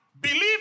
Believe